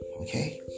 okay